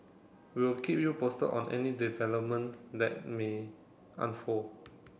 we'll keep you posted on any developments that may unfold